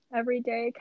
everyday